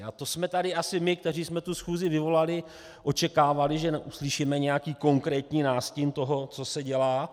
A to jsme tady asi my, kteří jsme tu schůzi vyvolali, očekávali, že uslyšíme nějaký konkrétní nástin toho, co se dělá.